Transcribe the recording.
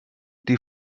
die